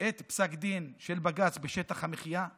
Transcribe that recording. את פסק הדין של בג"ץ בעניין שטח המחיה,